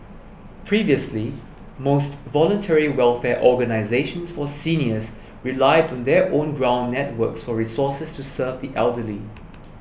previously most voluntary welfare organisations for seniors relied on their own ground networks for resources to serve the elderly